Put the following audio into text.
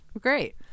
Great